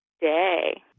Day